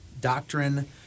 doctrine